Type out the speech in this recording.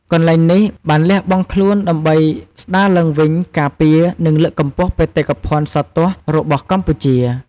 កន្លែងនេះបានលះបង់ខ្លួនដើម្បី ស្ដារឡើងវិញ ការពារ និងលើកកម្ពស់បេតិកភណ្ឌសោតទស្សន៍ របស់កម្ពុជា។